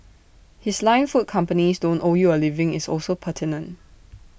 his line food companies don't owe you A living is also pertinent